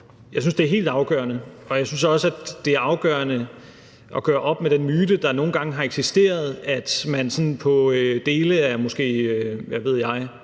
Jeg synes, det er helt afgørende, og jeg synes også, at det er afgørende at gøre op med den myte, der nogle gange har eksisteret, at man sådan på dele af det, jeg